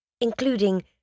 including